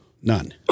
none